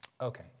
Okay